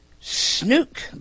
Snook